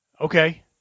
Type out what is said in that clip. Okay